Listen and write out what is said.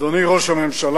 אדוני ראש הממשלה,